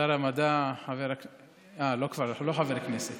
שר המדע חבר, אה, כבר לא חבר כנסת.